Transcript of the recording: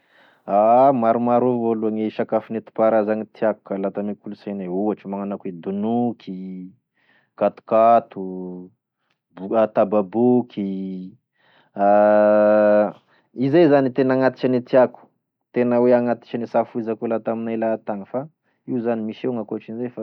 Maromaro avao aloa gne sakafo netimpaharazagny tiako raha lata eme kolosainay ohatry magnano akoa hoe donoky, katokato, bora- tababoky izay zany e tena agnatisany e tiako tena hoe agnatisany sy afoizako e lataminay latagny izy zany misy evao gn'akotrizay fa sy voatery voatogno aby izy aby.